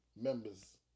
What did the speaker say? members